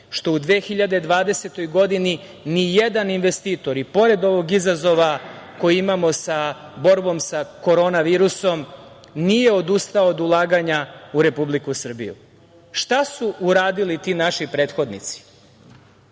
što u 2020. godini ni jedan investitor i pored ovog izazova koji imamo, borbom sa korona virusom, nije odustao od ulaganja u Republiku Srbiju. Šta su uradili ti naši prethodnici?